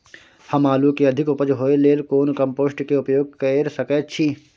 हम आलू के अधिक उपज होय लेल कोन कम्पोस्ट के उपयोग कैर सकेत छी?